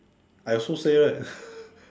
I also say right